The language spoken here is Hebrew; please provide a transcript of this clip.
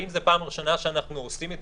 האם זו הפעם הראשונה שאנחנו עושים את